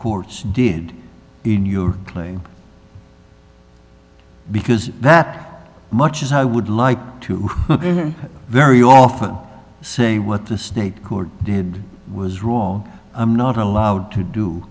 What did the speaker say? courts did in your playing because that much as i would like to very often say what the state court did was wrong i'm not allowed to do